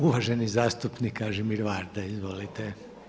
Uvaženi zastupnik Kažimir Varda, izvolite.